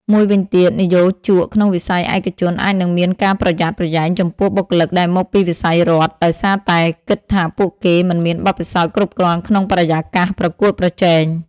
មួយវិញទៀត និយោជកក្នុងវិស័យឯកជនអាចនឹងមានការប្រយ័ត្នប្រយែងចំពោះបុគ្គលិកដែលមកពីវិស័យរដ្ឋ ដោយសារតែគិតថាពួកគេមិនមានបទពិសោធន៍គ្រប់គ្រាន់ក្នុងបរិយាកាសប្រកួតប្រជែង។